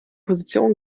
position